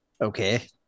Okay